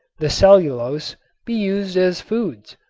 the cellulose be used as foods.